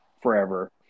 forever